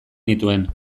nituen